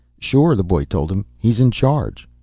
sure, the boy told him. he's in charge.